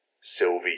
Sylvie